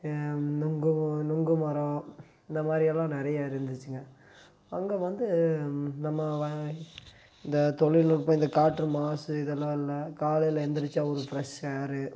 நொங்கும் நொங்கு மரம் இந்த மாதிரியெல்லாம் நிறையா இருந்துச்சுங்க அங்கே வந்து நம்ம இந்த தொழில்நுட்பம் இந்த காற்று மாசு இதெல்லாம் இல்லை காலையில் எழுந்திரிச்சா ஒரு ஃப்ரெஷ் ஏரு